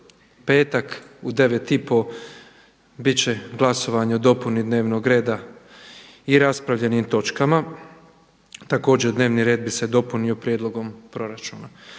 deve i pol bit će glasovanje o dopuni dnevnog reda i raspravljenim točkama, također dnevni red bi se dopunio prijedlogom proračuna.